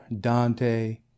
Dante